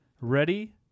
Ready